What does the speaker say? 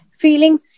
Feeling